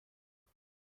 دارم